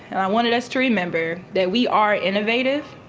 and i wanted us to remember that we are innovative,